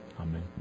amen